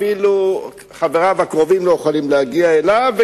אפילו חבריו הקרובים לא יכולים להגיע אליו,